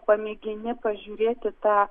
pamėgini pažiūrėti tą